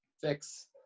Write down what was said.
fix